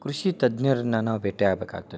ಕೃಷಿ ತಜ್ಞರನ್ನ ನಾವು ಭೇಟಿ ಆಗಬೇಕಾಗ್ತತಿ